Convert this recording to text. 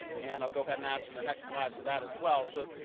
and i'll go ahead and ask for the next slide for that as well. so,